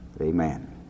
Amen